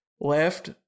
left